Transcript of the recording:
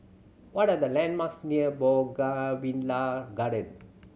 what are the landmarks near Bougainvillea Garden